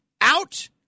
out